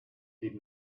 did